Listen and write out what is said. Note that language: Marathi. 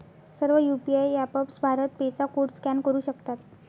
सर्व यू.पी.आय ऍपप्स भारत पे चा कोड स्कॅन करू शकतात